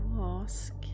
ask